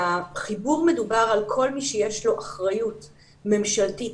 החיבור מדובר על כל מי שיש לו אחריות ממשלתית